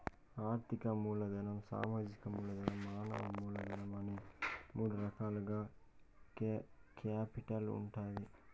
ఆర్థిక మూలధనం, సామాజిక మూలధనం, మానవ మూలధనం అనే మూడు రకాలుగా కేపిటల్ ఉంటాది